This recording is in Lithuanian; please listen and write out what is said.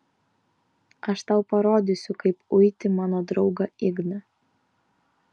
aš tau parodysiu kaip uiti mano draugą igną